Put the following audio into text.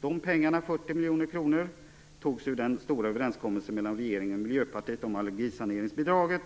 De pengarna, 40 miljoner kronor, togs ur den stora överenskommelsen mellan regeringen och Miljöpartiet om allergisaneringsbidraget